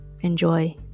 enjoy